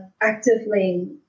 actively